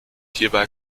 hierbei